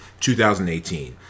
2018